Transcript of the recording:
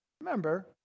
Remember